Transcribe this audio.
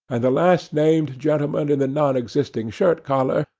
and the last-named gentleman in the non-existing shirt-collar,